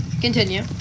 Continue